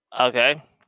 Okay